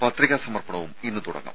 പത്രികാ സമർപ്പണവും ഇന്ന് തുടങ്ങും